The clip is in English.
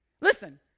Listen